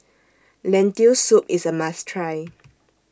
Lentil Soup IS A must Try